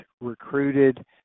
recruited